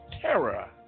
terror